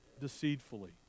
deceitfully